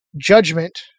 judgment